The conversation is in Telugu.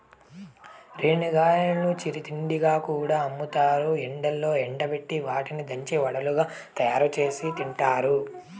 రేణిగాయాలను చిరు తిండిగా కూడా అమ్ముతారు, ఎండలో ఎండబెట్టి వాటిని దంచి వడలుగా తయారుచేసి తింటారు